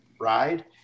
ride